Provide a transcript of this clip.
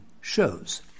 shows